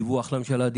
דיווח לממשלה,